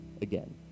again